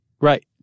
Right